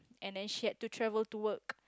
and then she had to travel to work